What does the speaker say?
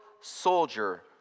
soldier